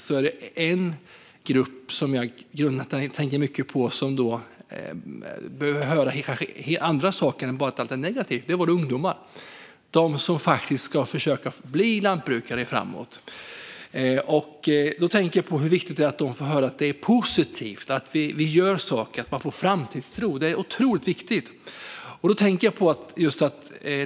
Det finns en grupp som jag tänker mycket på och som behöver höra andra saker än att allting bara är negativt. Det är våra ungdomar. Det är de som ska försöka bli lantbrukare framåt. Det är viktigt att de får höra att det är positivt och att vi gör saker, så att de får framtidstro. Det är otroligt viktigt.